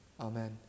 Amen